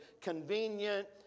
convenient